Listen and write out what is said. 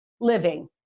living